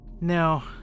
No